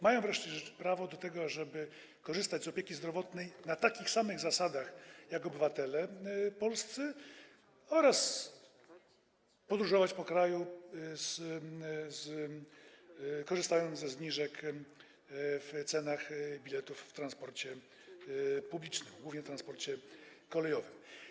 Mają wreszcie prawo do tego, żeby korzystać z opieki zdrowotnej na takich samych zasadach jak obywatele polscy oraz podróżować po kraju, korzystając ze zniżek, jeżeli chodzi o ceny biletów w transporcie publicznym, głównie w transporcie kolejowym.